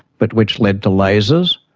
but which led to lasers,